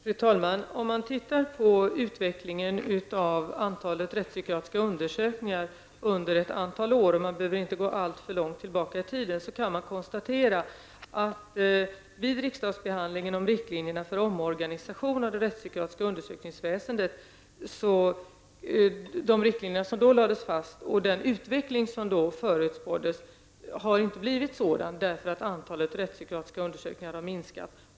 Fru talman! Om man tittar på utvecklingen av antalet rättspsykiatriska undersökningar under ett antal år -- man behöver inte gå alltför långt tillbaka i tiden -- kan man konstatera att den utveckling som förutspåddes vid riksdagsbehandlingen av frågan om omorganisation av det rättspsykiatriska undersökningsväsendet inte har blivit verklighet; antalet rättspsykiatriska undersökningar har minskat.